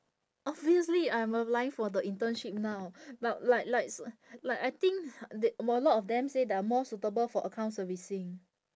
obviously I am applying for the internship now but like like s~ like I think th~ got a lot of them say they are more suitable for account servicing